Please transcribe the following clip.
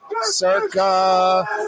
circa